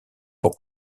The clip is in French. pour